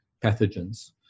pathogens